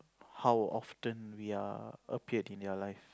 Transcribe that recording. how often we are appeared in their life